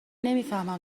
نمیفهمم